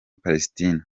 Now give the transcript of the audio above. palestine